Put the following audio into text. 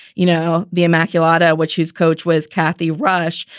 you know, the immaculata, which whose coach was cathy rush,